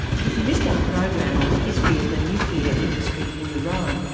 if you missed our program on the history of the nuclear industry in iran,